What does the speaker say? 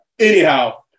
Anyhow